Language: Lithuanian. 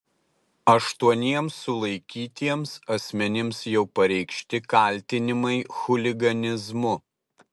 aštuoniems sulaikytiems asmenims jau pareikšti kaltinimai chuliganizmu